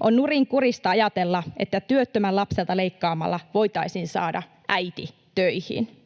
On nurinkurista ajatella, että työttömän lapselta leikkaamalla voitaisiin saada äiti töihin.